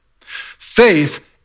Faith